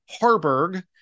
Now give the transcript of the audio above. Harburg